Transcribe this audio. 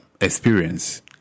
experience